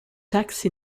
taxi